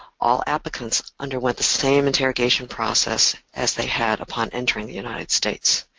all applicants underwent the same interrogation process as they had upon entering the united states.